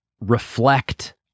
reflect